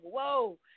whoa